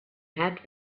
had